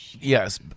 yes